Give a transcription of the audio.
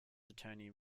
attorney